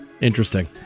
Interesting